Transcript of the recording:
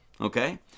Okay